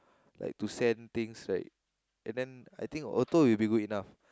like to send things like and then I think auto will be good enough